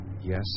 Yes